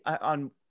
on